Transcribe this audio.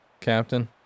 captain